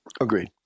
Agreed